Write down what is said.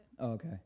Okay